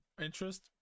interest